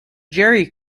jerry